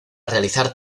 realizar